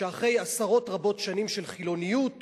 שאחרי עשרות רבות שנים של חילוניות